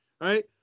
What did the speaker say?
right